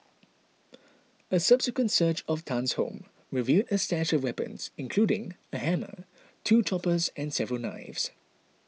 a subsequent search of Tan's home revealed a stash of weapons including a hammer two choppers and several knives